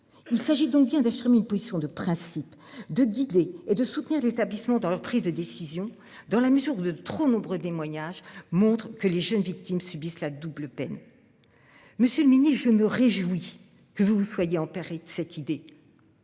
Il s'agit donc bien d'affirmer une position de principe de guider et de soutenir l'. Selon dans leur prise de décision dans la mesure de trop nombreux des moyens âge montre que les jeunes victimes subissent la double peine. Monsieur le mini. Je me réjouis que vous soyez emparé de cette idée.